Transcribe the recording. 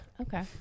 Okay